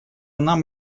нам